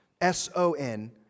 S-O-N